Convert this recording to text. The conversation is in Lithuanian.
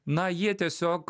na jie tiesiog